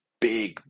big